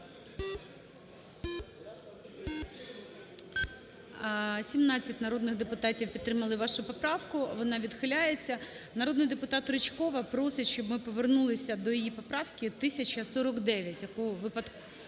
17 народних депутатів підтримали вашу поправку. Вона відхиляється. Народний депутат Ричкова просить, щоб ми повернулися до її поправки 1049,